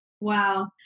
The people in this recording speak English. Wow